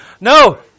No